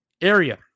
area